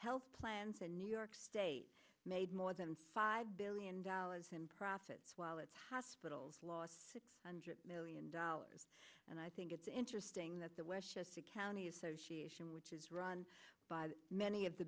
health plans in new york state made more than five billion dollars in profits while it's hospitals lost six hundred million dollars and i think it's interesting that the westchester county association which is run by many of the